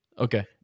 Okay